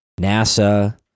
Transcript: NASA